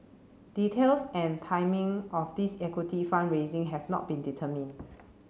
details and timing of this equity fund raising have not been determined